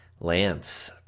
Lance